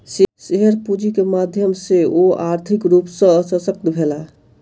share पूंजी के माध्यम सॅ ओ आर्थिक रूप सॅ शशक्त भेला